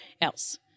else